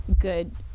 good